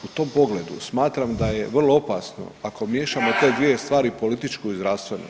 U tom pogledu smatram da je vrlo opasno ako miješamo te dvije stvari političku i zdravstvenu.